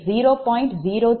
03125க்கு தொடரில் உள்ளன